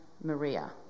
Maria